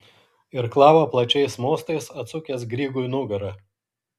irklavo plačiais mostais atsukęs grygui nugarą